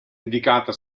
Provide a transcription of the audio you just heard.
indicata